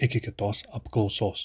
iki kitos apklausos